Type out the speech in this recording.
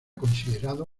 considerado